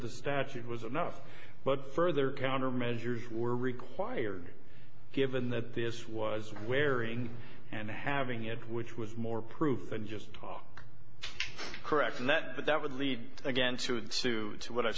statute was enough but further countermeasures were required given that this was wearing and having it which was more proof than just talk correct and that that would lead again to to what i've